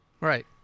Right